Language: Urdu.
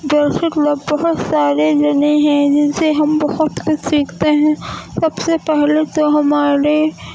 جیسے کہ لوگ بہت سارے جنے ہیں جن سے ہم بہت کچھ سیکھتے ہیں سب سے پہلے تو ہمارے